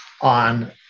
on